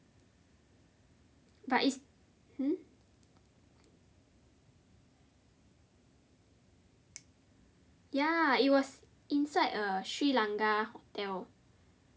but it's hmm ya it was inside a Sri Lanka hotel